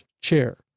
chair